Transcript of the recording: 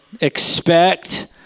expect